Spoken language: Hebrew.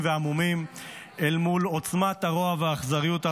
והמומים אל מול עוצמת הרוע והאכזריות הרבה,